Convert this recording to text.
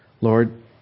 Lord